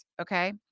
okay